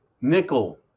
Nickel